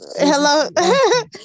hello